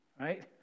Right